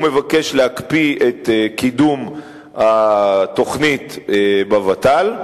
הוא מבקש להקפיא את קידום התוכנית בוות"ל,